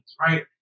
right